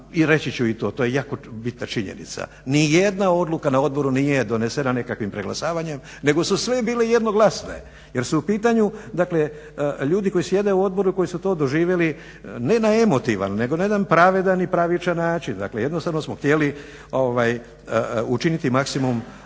reći ću i to, to je jako bitna činjenica, nijedna odluka na odboru nije donesena nekakvim preglasavanjem nego su sve bile jednoglasne jer su u pitanju, dakle ljudi koji sjede u odboru i koji su to doživjeli ne na emotivan nego na jedan pravedan i pravičan način. Dakle, jednostavno smo htjeli učiniti maksimum